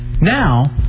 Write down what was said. Now